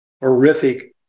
horrific